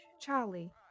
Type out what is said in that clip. Charlie